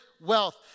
wealth